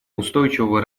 устойчивого